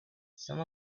some